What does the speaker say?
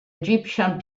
egyptian